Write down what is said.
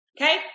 Okay